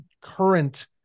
current